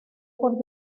por